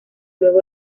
luego